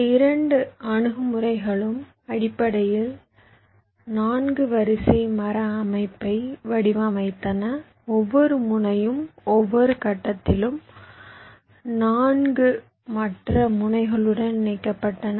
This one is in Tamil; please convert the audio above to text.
இந்த இரண்டு அணுகுமுறைகளும் அடிப்படையில் 4 வரிசை மர அமைப்பை வடிவமைத்தன ஒவ்வொரு முனையும் ஒவ்வொரு கட்டத்திலும் 4 மற்ற முனைகளுடன் இணைக்கப்பட்டன